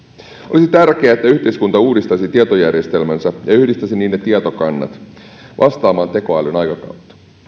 olisi tärkeää että yhteiskunta uudistaisi tietojärjestelmänsä ja yhdistäisi niiden tietokannat vastaamaan tekoälyn aikakautta